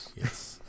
Yes